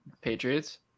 Patriots